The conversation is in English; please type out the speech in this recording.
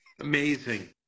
Amazing